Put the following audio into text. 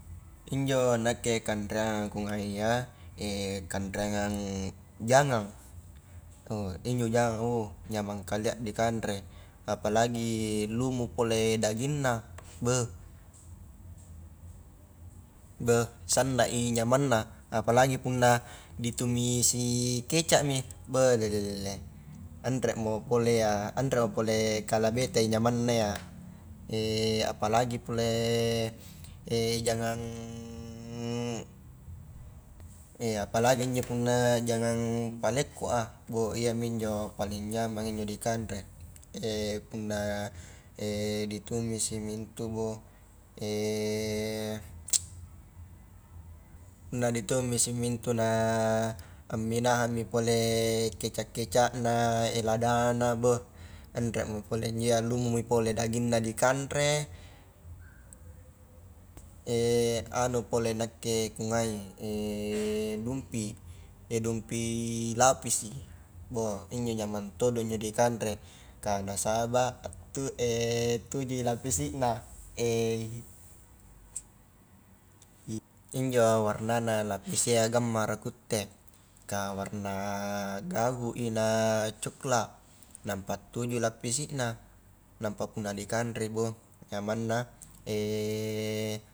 Injo nakke kanreangang ku ngai iya kanrangan jangang injo janganga nyamang kalea dikanre apalagi lumu pole dagingna beh beh sanna i nyamanna apalagi punna ditumisi kecapmi beh elelelele anremo pole iya anremo pole kala betai nyamnna iya apalagi pole jangang apalagi injo punna jangang palekko a, boh iyami injo paling nyamang injo dikanre punna ditumisimi intubu punna ditumisimi intu na amminahangmi pole kecap-kecapna, ladana beh, anremo pole iya lumumi pole dagingna dikanre anu pole nakke kungai dumpi dumpi lapisi beh injo nyamang todo injo dikanre kah nasaba atu tujui lapisina injo warnana lapisi a gammara kutte kah warna gahu i na coklat nampa tujui lapisina nampa punna dikanrei beh nyamanna.